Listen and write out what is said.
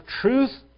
truth